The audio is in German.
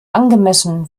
angemessen